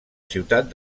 ciutat